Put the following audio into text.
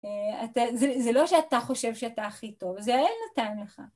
זה לא שאתה חושב שאתה הכי טוב, זה האל נתן לך.